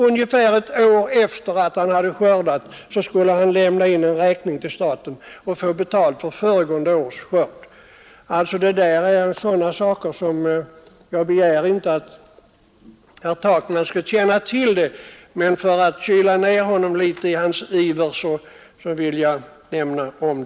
Ungefär ett år efter det att man har skördat skall man lämna in en räkning till staten och få betalt för föregående års skörd. Jag begär inte att herr Takman skall känna till dessa saker, men för att kyla ned honom litet i hans iver vill jag nämna dem.